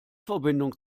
verbindung